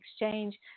exchange